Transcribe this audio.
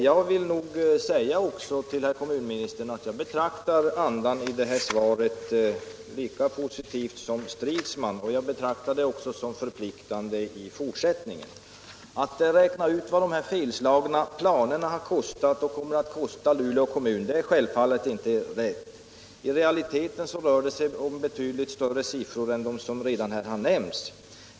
Jag vill också säga till herr kommunministern att jag uppfattar andan i hans svar lika positivt som herr Stridsman. Jag betraktar det också som förpliktande i fortsättningen. Att räkna ut vad de här felslagna planerna har kostat och kommer att kosta Luleå kommun är självfallet inte lätt. I realiteten rör det sig om betydligt högre siffror än dem som redan har nämnts här.